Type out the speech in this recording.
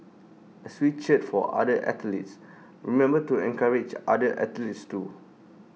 as we cheer for other athletes remember to encourage other athletes too